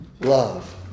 love